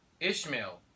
Ishmael